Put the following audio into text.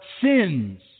sins